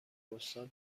پستال